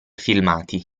filmati